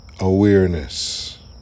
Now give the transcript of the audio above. awareness